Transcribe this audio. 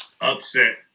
upset